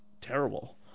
terrible